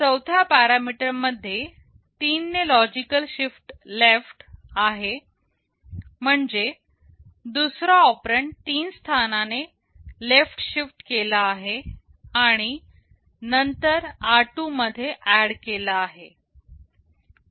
चौथ्या पॅरामीटर मध्ये 3 ने लॉजिकल शिफ्ट लेफ्ट आहे म्हणजे दुसरा ऑपरेंड तीन स्थानांनी लेफ्ट शिफ्ट केला आहे आणि नंतर r2 मध्ये ऍड केला आहे